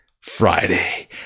Friday